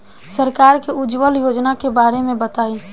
सरकार के उज्जवला योजना के बारे में बताईं?